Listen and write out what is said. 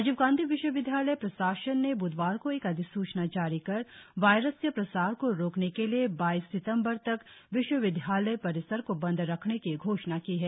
राजीव गांधी विश्वविद्यालय प्रशासन ने ब्धवार को एक अधिसुचना जारी कर वायरस के प्रसार को रोकने के लिए बाईस सितंबर तक विश्वविद्यालय परिसर को बंद रखने की घोषणा की है